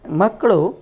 ಮಕ್ಕಳು